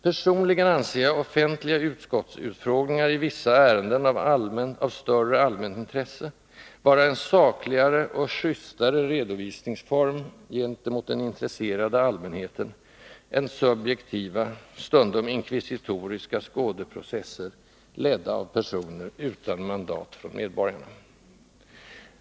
Personligen anser jag offentliga utskottsutfrågningar i vissa ärenden av större allmänt intresse vara en sakligare och justare redovisningsform gentemot den intresserade allmänheten än subjektiva, stundom inkvisitoriska skådeprocesser, ledda av personer utan mandat från medborgarna.